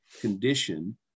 condition